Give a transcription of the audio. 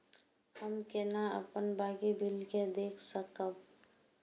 हम केना अपन बाकी बिल के देख सकब?